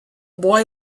boy